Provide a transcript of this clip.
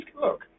look